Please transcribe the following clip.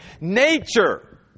nature